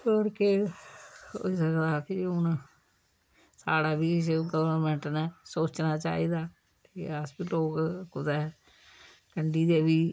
होर केह् होई सकदा की हून साढ़ा बी गौरमेंट नें सोचना चाहिदा की अस लोग कुदै कंडी दे बी